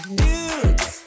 dudes